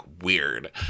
Weird